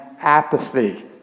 apathy